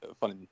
Funny